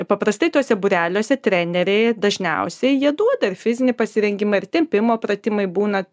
paprastai tuose būreliuose treneriai dažniausiai jie duoda ir fizinį pasirengimą ir tempimo pratimai būna